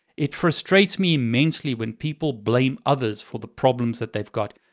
it frustrates me immensely when people blame others for the problems that they've got.